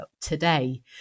today